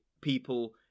people